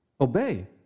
obey